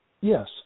Yes